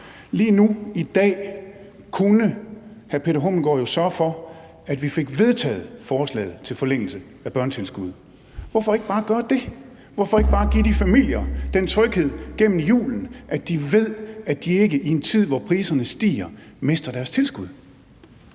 den fungerende beskæftigelseminister jo sørge for, at vi fik vedtaget forslaget om forlængelse af børnetilskuddet. Hvorfor ikke bare gøre det? Hvorfor ikke bare give de familier den tryghed gennem julen, at de ved, at de ikke i en tid, hvor priserne stiger, mister deres tilskud?